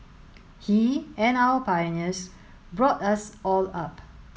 he and our pioneers brought us all up